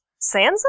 Sansa